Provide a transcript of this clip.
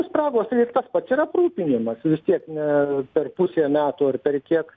spragos tas pats ir aprūpinimas vis tiek ne per pusė metų ar per kiek